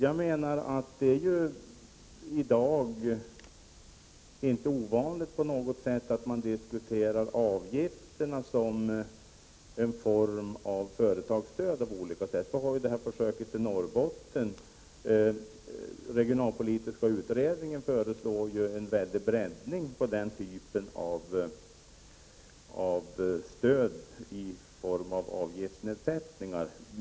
Jag menar att det i dag inte alls är ovanligt att man i diskussionen om avgifterna jämför dessa med någon form av företagsstöd. Vi har ju försöket i Norrbotten, och regionalpolitiska utredningen föreslår en väldig breddning för den typen av stöd och då i form av avgiftsnedsättningar.